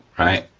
right?